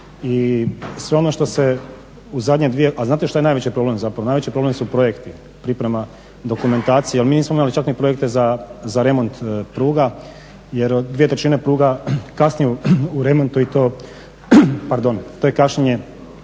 I sve ono što se u zadnje dvije, a znate što je najveći problem zapravo? Najveći problem su projekti, priprema dokumentacije. Jer mi nismo imali čak ni projekte za remont pruga jer dvije trećine pruga kasni u remontu i to je kašnjenje